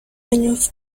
años